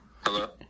Hello